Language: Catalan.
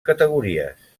categories